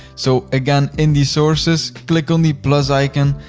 so again, in the sources, click on the plus icon,